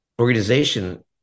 organization